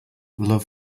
love